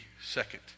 second